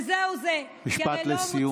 וזהו זה, משפט לסיום, בבקשה.